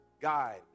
Guide